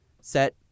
set